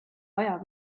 aja